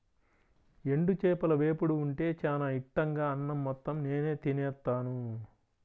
ఎండు చేపల వేపుడు ఉంటే చానా ఇట్టంగా అన్నం మొత్తం నేనే తినేత్తాను